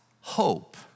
hope